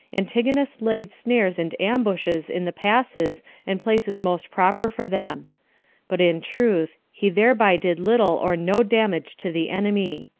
antigonus laid snares and ambushes in the passes and places most proper for them but in truth he thereby did little or no damage to the enemy.